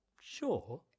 sure